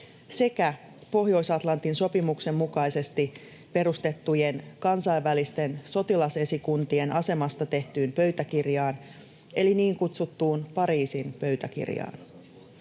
sekä Pohjois-Atlantin sopimuksen mukaisesti perustettujen kansainvälisten sotilasesikuntien asemasta tehtyyn pöytäkirjaan, eli niin kutsuttuun Pariisin pöytäkirjaan.